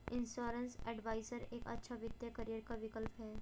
insurance adviser एक अच्छा वित्तीय करियर का विकल्प है